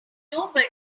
nobody